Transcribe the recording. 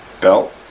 belt